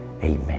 Amen